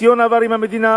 ניסיון עבר עם המדינה,